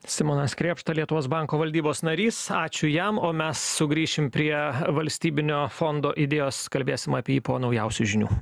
simonas krėpšta lietuvos banko valdybos narys ačiū jam o mes sugrįšim prie valstybinio fondo idėjos kalbėsim apie jį po naujausių žinių